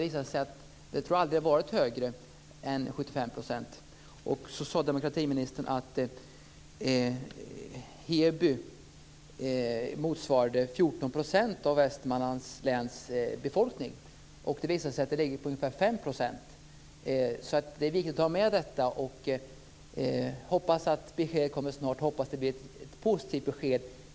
Jag tror att det aldrig har varit högre än 75 %. Vidare sade demokratiministern att Hebys befolkning motsvarade 14 % av Västmanlands läns befolkning. Det visade sig att siffran ligger på ungefär 5 %. Det är viktigt att ha med detta. Jag hoppas att det kommer ett besked snart och att det blir ett positivt besked.